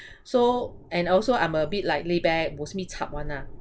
so and also I'm a bit like laid-back bo simi chup [one] lah